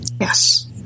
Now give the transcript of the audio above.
Yes